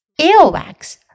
Airwax